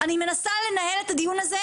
אני מנסה לנהל את הדיון הזה,